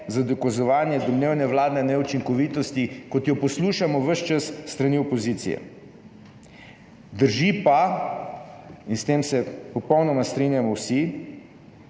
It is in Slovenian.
za dokazovanje domnevne vladne neučinkovitosti, kot jo poslušamo ves čas s strani opozicije. Drži pa, in s tem se popolnoma strinjamo vsi,